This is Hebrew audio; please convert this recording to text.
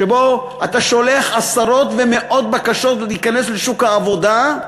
שבהם אתה שולח עשרות ומאות בקשות להיכנס לשוק העבודה,